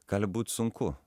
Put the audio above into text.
gali būt sunku